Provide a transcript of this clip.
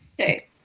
Okay